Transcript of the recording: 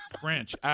French